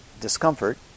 discomfort